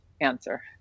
answer